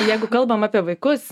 jeigu kalbam apie vaikus